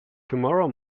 tomorrow